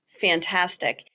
fantastic